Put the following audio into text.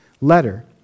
letter